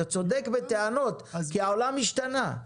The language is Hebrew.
אתה צודק בטענות כי העולם השתנה.